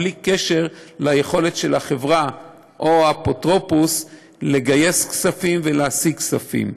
בלי קשר ליכולת של החברה או האפוטרופוס לגייס כספים ולהשיג כספים.